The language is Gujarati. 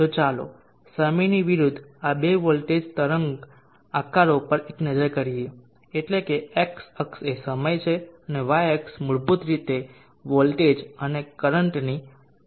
તો ચાલો સમયની વિરુદ્ધ આ બે વોલ્ટેજ તરંગ આકારો પર એક નજર કરીએ એટલે કે x અક્ષ એ સમય છે અને Y અક્ષ મૂળભૂત રીતે વોલ્ટેજ અને કરંટની પરિમાણ છે